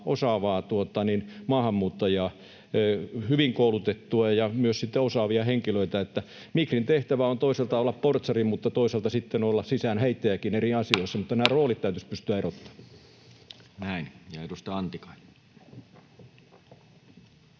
osaavia maahanmuuttajia, hyvin koulutettuja ja myös osaavia henkilöitä. Migrin tehtävä on toisaalta olla portsari mutta toisaalta olla sisäänheittäjäkin eri asioissa, mutta nämä